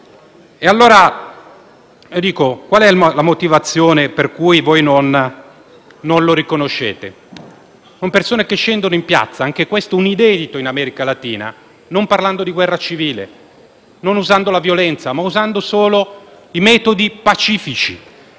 E allora qual è la motivazione per cui voi non lo riconoscete? Le persone scendono in piazza - anche ciò è un inedito in America latina - e non parlano di guerra civile, non usano la violenza, ma usano solo metodi pacifici.